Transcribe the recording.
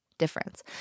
difference